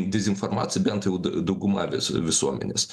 dezinformacijai bent jau d dauguma vis visuomenės